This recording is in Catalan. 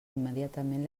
immediatament